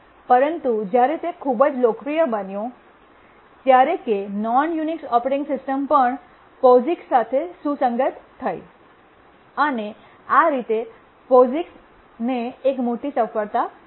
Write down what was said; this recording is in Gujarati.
પરંતુ જ્યારે તે ખૂબ જ લોકપ્રિય બન્યું ત્યારે કે નોન યુનિક્સ ઓપરેટિંગ સિસ્ટમ પણ પોઝિક્સ સાથે સુસંગત થઈ અને આ રીતે પોસિક્સ એક મોટી સફળતા મળી